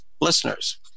listeners